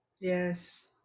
Yes